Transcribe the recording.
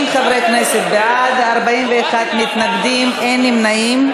50 חברי כנסת בעד, 41 מתנגדים, אין נמנעים.